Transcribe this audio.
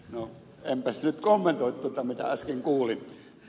enpäs nyt kommentoi tuota mitä äsken kuulin